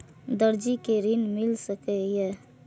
दर्जी कै ऋण मिल सके ये?